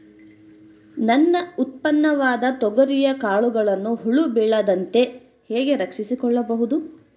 ನನ್ನ ಉತ್ಪನ್ನವಾದ ತೊಗರಿಯ ಕಾಳುಗಳನ್ನು ಹುಳ ಬೇಳದಂತೆ ಹೇಗೆ ರಕ್ಷಿಸಿಕೊಳ್ಳಬಹುದು?